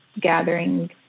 gathering